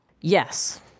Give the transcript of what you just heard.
Yes